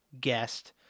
guest